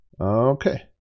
Okay